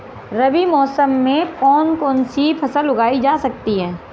रबी मौसम में कौन कौनसी फसल उगाई जा सकती है?